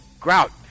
Grout